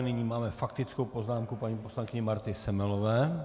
Nyní máme faktickou poznámku paní poslankyně Marty Semelové.